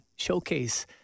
showcase